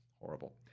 horrible